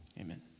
Amen